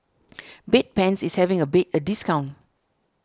Bedpans is having a discount